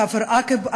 כפר עקב,